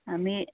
हामी